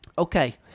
Okay